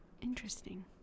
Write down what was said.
interesting